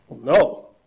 No